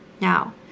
Now